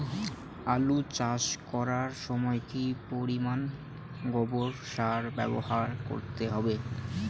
আলু চাষ করার সময় কি পরিমাণ গোবর সার ব্যবহার করতে হবে?